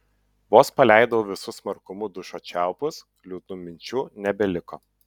vos paleidau visu smarkumu dušo čiaupus liūdnų minčių nebeliko